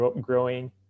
growing